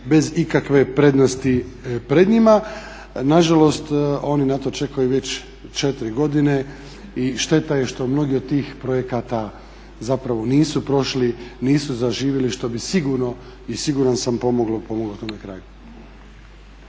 bez ikakve prednosti pred njima. Na žalost oni na to čekaju već četiri godine i šteta je što mnogi od tih projekata zapravo nisu prošli, nisu zaživjeli što bi sigurno i siguran sam pomoglo tome kraju.